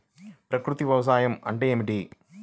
ప్రకృతి వ్యవసాయం అంటే ఏమిటి?